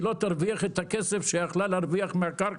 לא תרוויח את הכסף שהיא היתה יכולה להרוויח מהקרקע